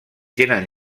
tenen